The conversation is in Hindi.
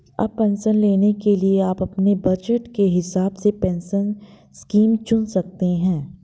अब पेंशन लेने के लिए आप अपने बज़ट के हिसाब से पेंशन स्कीम चुन सकते हो